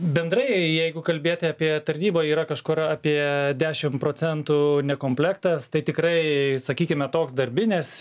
bendrai jeigu kalbėti apie tarnyboj yra kažkur apie dešim procentų komplektas tai tikrai sakykime toks darbinis